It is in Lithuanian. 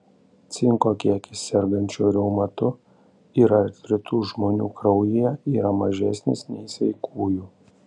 cinko kiekis sergančių reumatu ir artritu žmonių kraujyje yra mažesnis nei sveikųjų